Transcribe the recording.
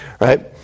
right